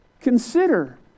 Consider